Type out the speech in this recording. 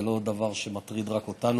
זה לא דבר שמטריד רק אותנו,